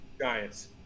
Giants